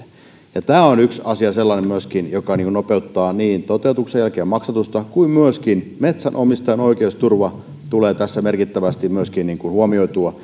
lävitse tämä on myöskin yksi sellainen asia joka nopeuttaa toteutuksen jälkeen maksatusta ja myöskin metsänomistajan oikeusturva tulee tässä merkittävästi myöskin huomioitua